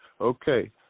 Okay